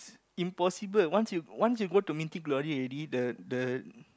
impossible once you once you go to Mythic-Glory already the the